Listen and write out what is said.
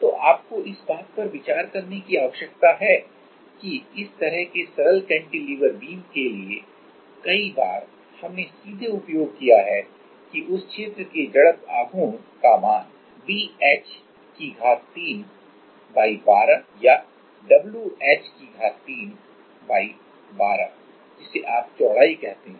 तो आपको इस बात पर विचार करने की आवश्यकता है कि इस तरह के सरल कैंटिलीवर बीम के लिए कई बार हमने सीधे उपयोग किया है कि उस क्षेत्र के मोमेंट आफ इनर्शिया का मान bh312 या wh312 जिसे आप चौड़ाई कहते हैं